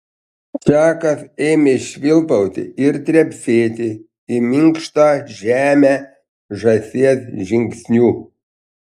čakas ėmė švilpauti ir trepsėti į minkštą žemę žąsies žingsniu